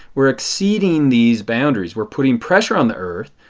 we are exceeding these boundaries. we are putting pressure on the earth.